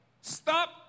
Stop